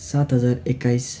सात हजार एक्काइस